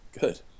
Good